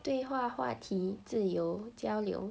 对话话题自由交流